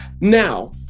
Now